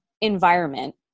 environment